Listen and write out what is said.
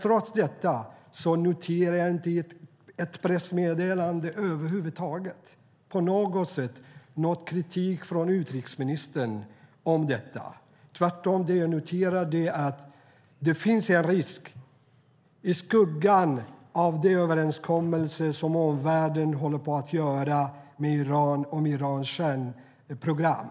Trots detta noterar jag inte i något pressmeddelande över huvud taget och på något sätt någon kritik från utrikesministern om detta. Tvärtom noterar jag att det finns en risk i skuggan av den överenskommelse som omvärlden håller på att göra med Iran om landets kärnprogram.